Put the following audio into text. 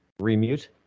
Remute